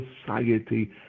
society